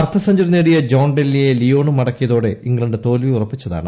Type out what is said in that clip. അർധ സ്െഞ്ചുറി നേടിയ ജോ ഡെൻലിയെ ലിയോണും മടക്കിയതോടെ ഇംഗ്ലണ്ട് തോൽവി ഉറപ്പിച്ചതാണ്